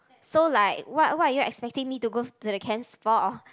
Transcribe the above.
so like what are what are you excepting me to go to the camps for